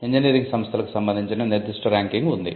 engineering సంస్థలకు సంబంధించిన నిర్దిష్ట ర్యాంకింగ్ ఉంది